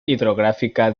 hidrográfica